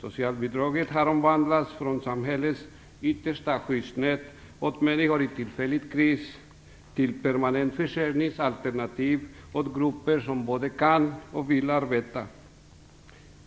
Socialbidraget har omvandlats från samhällets "yttersta skyddsnät åt människor i tillfällig kris" till "permanent försörjningsalternativ åt grupper som både kan och vill arbeta".